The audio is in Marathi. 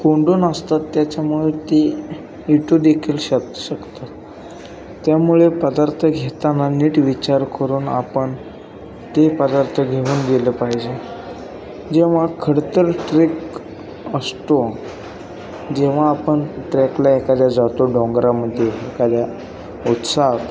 कोंडून असतात त्याच्यामुळे ती विटू देखील शक शकतात त्यामुळे पदार्थ घेताना नीट विचार करून आपण ते पदार्थ घेऊन गेलं पाहिजे जेव्हा खडतर ट्रेक असतो जेव्हा आपण ट्रॅकला एखाद्या जातो डोंगरामध्ये एखाद्या उत्साहात